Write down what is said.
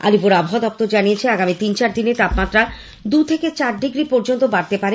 আলিপুর আবহাওয়া দপ্তর আনিয়েছে আগামী তিন চারদিনে তাপমাত্রা দুই থেকে চার ডিগ্রি পর্যন্ত বাড়তে পারে